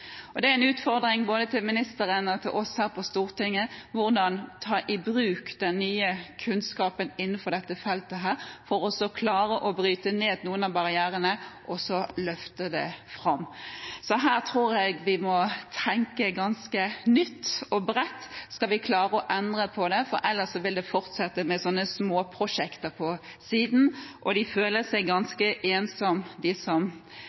Det er en utfordring både for ministeren og for oss her på Stortinget hvordan en skal ta i bruk den nye kunnskapen innenfor dette feltet, for å klare å bryte ned noen av barrierene og så løfte dette fram. Jeg tror vi må tenke ganske nytt og bredt, skal vi klare å endre dette – ellers vil en fortsette med småprosjekter på siden. De føler seg ganske ensomme, de som